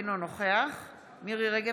אינו נוכח מירי מרים רגב,